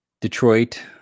Detroit